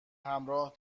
همراه